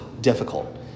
difficult